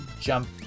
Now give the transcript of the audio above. jump